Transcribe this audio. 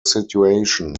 situation